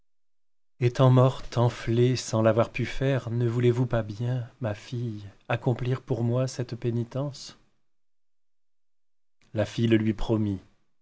étant morte enflée sans l'avoir pu faire ne voulez-vous pas bien ma fille accomplir pour moi cette pénitence la fille le lui promit